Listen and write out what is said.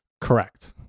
Correct